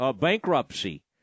bankruptcy